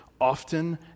often